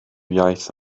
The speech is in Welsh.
iaith